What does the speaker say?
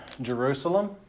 Jerusalem